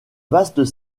vastes